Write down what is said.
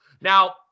Now